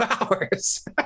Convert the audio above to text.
hours